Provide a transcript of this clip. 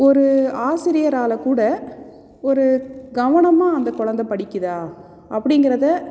ஒரு ஆசிரியரால் கூட ஒரு கவனமாக அந்த கொழந்தை படிக்குதா அப்டிங்கிறத